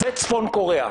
זה צפון קוריאה.